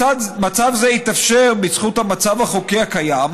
מצב זה התאפשר בזכות המצב החוקי הקיים,